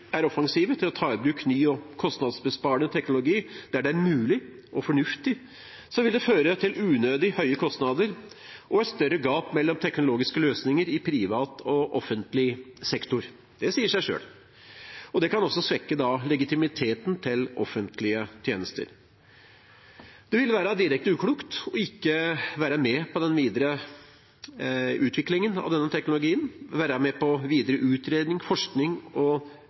er offensive i å ta i bruk ny og kostnadsbesparende teknologi der det er mulig og fornuftig, vil det føre til unødig høye kostnader og et større gap mellom teknologiske løsninger i privat og i offentlig sektor. Det sier seg selv. Det kan også svekke legitimiteten til offentlige tjenester. Det ville være direkte uklokt ikke å være med på den videre utviklingen av denne teknologien, være med på videre utredning, forskning og